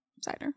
cider